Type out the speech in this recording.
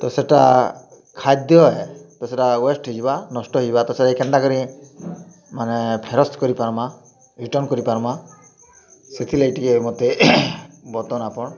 ତ ସେଟା ଖାଦ୍ୟ ଆହେ ତ ସେଟା ୱେଷ୍ଟ୍ ହେଇଯିବା ନଷ୍ଟ ହେଇଯିବା ତ ସେଇଟାକେ କେନ୍ତା କରି ମାନେ ଫେରସ୍ତ୍ କରିପାର୍ମା ରିଟର୍ଣ୍ଣ୍ କରିପାର୍ମା ସେଥିର୍ଲାଗି ଟିକେ ମୋତେ ବର୍ତ୍ତମାନ୍ ଆପଣ୍